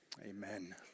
Amen